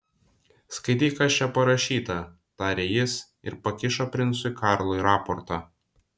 skaityk kas čia parašyta tarė jis ir pakišo princui karlui raportą